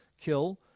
kill